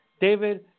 David